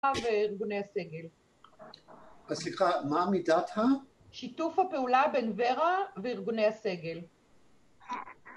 וארגוני הסגל. סליחה, מה מידת ה? שיתוף הפעולה בין ורה וארגוני הסגל.